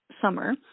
summer